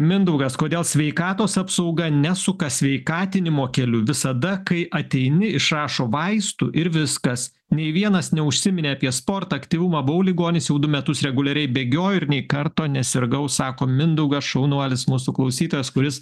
mindaugas kodėl sveikatos apsauga nesuka sveikatinimo keliu visada kai ateini išrašo vaistų ir viskas nei vienas neužsiminė apie sportą aktyvumą buvau ligonis jau du metus reguliariai bėgioju ir nė karto nesirgau sako mindaugas šaunuolis mūsų klausytojas kuris